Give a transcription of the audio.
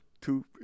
two